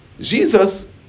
Jesus